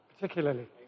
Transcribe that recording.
particularly